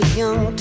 young